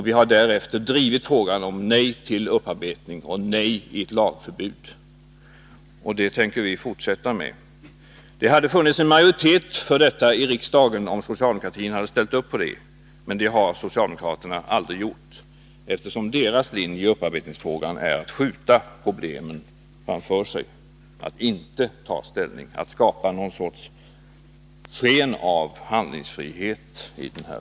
Vi har därefter drivit frågan om nej till upparbetning och ett lagstadgat förbud. Det tänker vi fortsätta med. Det hade funnits en majoritet i riksdagen för ett sådaht förbud, om socialdemokratin hade ställt sig bakom det. Men det har socialdemokraterna aldrig gjort, eftersom deras linje i upparbetningsfrågan är att skjuta problemen framför sig, att inte ta ställning, att skapa någon sorts sken av handlingsfrihet.